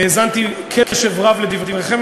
האזנתי בקשב רב לדבריכם,